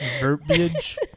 verbiage